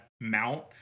mount